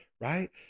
right